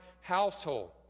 household